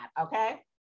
Okay